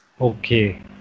Okay